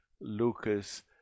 Lucas